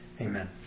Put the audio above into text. Amen